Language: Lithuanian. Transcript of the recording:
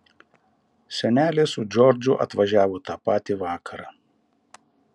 senelė su džordžu atvažiavo tą patį vakarą